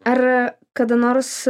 ar kada nors